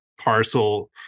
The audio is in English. parcel